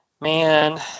Man